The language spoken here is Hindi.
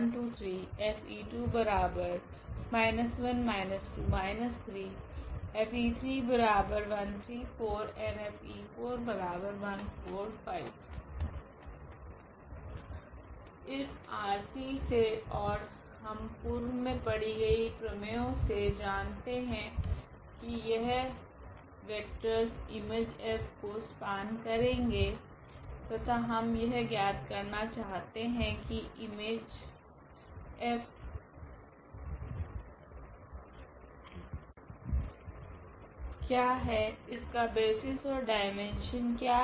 तो इस ℝ3 से ओर हम पूर्व मे पढ़ी गई प्रमयों से जानते है कि यह वेक्टरस इमेज F को स्पेन करेगे तथा हम यह ज्ञात करना चाहते है कि इमेज F क्या है इसका बेसिस ओर डाईमेन्शन क्या है